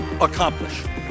accomplish